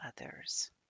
others